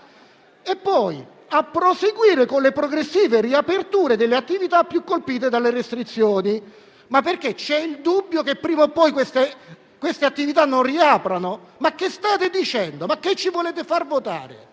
E poi: «a proseguire con le progressive riaperture delle attività più colpite dalle restrizioni». Ma c'è il dubbio che prima o poi queste attività non riaprano? Che state dicendo? Cosa ci volete far votare?